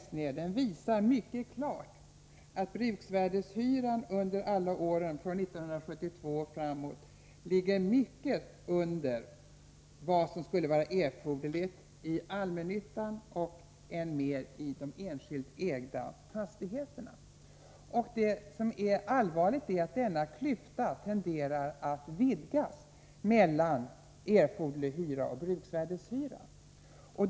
Tablån visar mycket klart att bruksvärdeshyran under alla åren från 1972 och framåt ligger mycket under vad som skulle vara erforderligt i allmännyttan och än mer i de enskilt ägda fastigheterna. Vad som är allvarligt är att denna klyfta mellan erforderlig hyra och bruksvärdeshyra tenderar att vidgas.